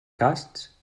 casts